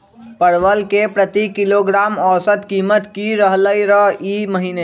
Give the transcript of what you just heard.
परवल के प्रति किलोग्राम औसत कीमत की रहलई र ई महीने?